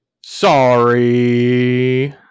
Sorry